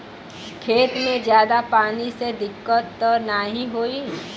खेत में ज्यादा पानी से दिक्कत त नाही होई?